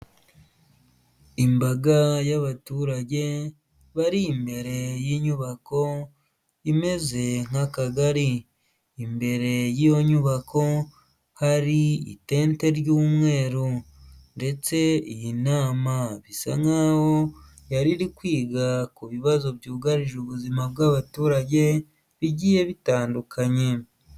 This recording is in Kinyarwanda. Imbaga y'abaturage bari imbere y'inyubako imeze nk'akagari, imbere y'iyo nyubako hari itente ry'umweru ndetse iyi nama bisa nk'aho yari iri kwiga ku bibazo byugarije ubuzima bw'abaturage bigiye bitandukanye.